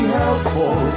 helpful